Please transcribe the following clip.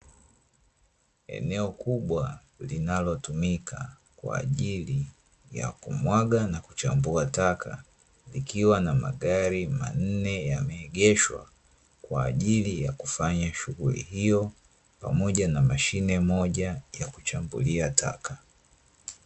Eneo kubwa linalotumika kwa ajili ya kumwaga na kuchambua taka likiwa na magari manne yameegeshwa, kwa ajili ya kufanya shughuli hiyo pamoja na mashine moja ya kuchambulia taka.